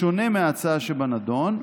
בשונה מההצעה שבנדון,